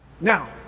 Now